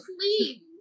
please